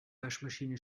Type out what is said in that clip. waschmaschine